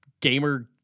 gamer